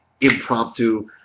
impromptu